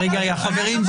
--- חברים.